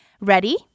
Ready